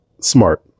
smart